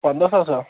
پنٛداہ ساس ہا